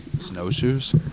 snowshoes